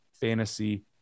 Fantasy